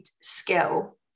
skill